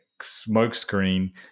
smokescreen